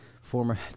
former